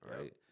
right